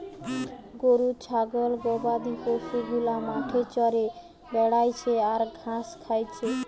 গরু ছাগল গবাদি পশু গুলা মাঠে চরে বেড়াচ্ছে আর ঘাস খাচ্ছে